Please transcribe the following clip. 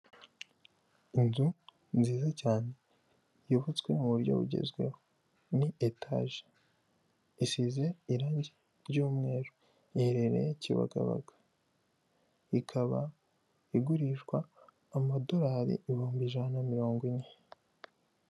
Inzu nziza cyane yubatswe mu buryo bugezweho, ni etaje isize irangi ry'umweru, iheherereye kibagabaga ikaba igurishwa amadorari ibihumbi ijana na mirongo ine.